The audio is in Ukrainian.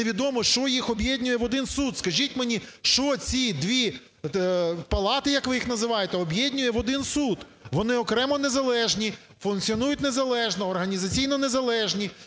Невідомо, що їх об'єднує в один суд. Скажіть мені, що ці дві палати, як ви їх називаєте, об'єднує в один суд? Вони окремо незалежні, функціонують незалежно, організаційно незалежні,